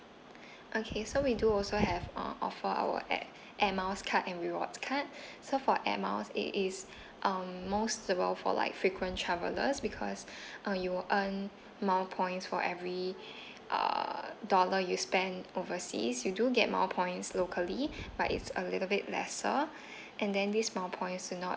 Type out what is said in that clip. okay so we do also have uh offer at air miles card and rewards card so for air miles it is um most suitable for like frequent travellers because um you'll earn mile points for every err dollar you spend overseas you do get mile points locally but it's a little bit lesser and then this mile points not